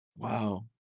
Wow